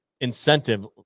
incentive